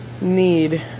need